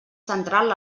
central